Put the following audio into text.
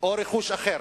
או רכוש אחר